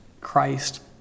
Christ